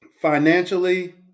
Financially